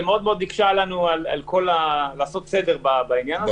זה הקשה עלינו מאוד לעשות סדר בעניין הזה,